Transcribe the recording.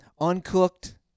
uncooked